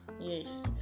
yes